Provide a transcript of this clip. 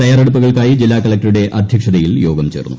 തയ്യാറെടുപ്പുകൾക്കായി ജില്ലാ കളക്ടറുടെ അധ്യക്ഷതയിൽ യോഗം ചേർന്നു